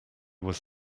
was